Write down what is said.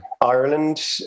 Ireland